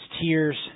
tears